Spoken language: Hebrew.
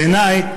בעיניי,